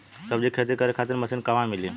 सब्जी के खेती करे खातिर मशीन कहवा मिली?